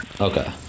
okay